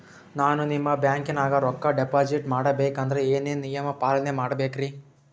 ನಾನು ನಿಮ್ಮ ಬ್ಯಾಂಕನಾಗ ರೊಕ್ಕಾ ಡಿಪಾಜಿಟ್ ಮಾಡ ಬೇಕಂದ್ರ ಏನೇನು ನಿಯಮ ಪಾಲನೇ ಮಾಡ್ಬೇಕ್ರಿ?